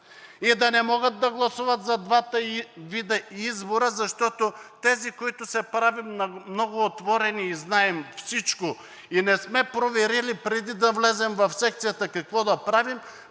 да не могат да гласуват за двата вида избори. Тези, които се правим на много отворени и знаем всичко, не сме проверили, преди да влезем в секцията, какво да правим.